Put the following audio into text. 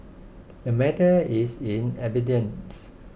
the matter is in abeyance